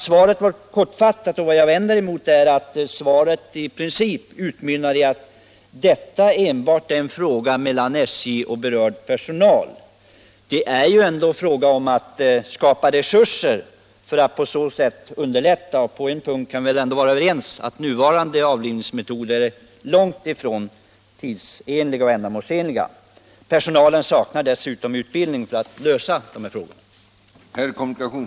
Svaret var kortfattat, och vad jag vänder mig emot är att det i princip utmynnar i att detta enbart är en fråga mellan SJ och berörd personal. Det är ju ändå fråga om att skapa resurser. På en punkt kan vi väl åtminstone vara ense, och det är att nuvarande avlivningsmetoder är långt ifrån tidsenliga och ändamålsenliga. Personalen saknar dessutom utbildning för att lösa de här problemen.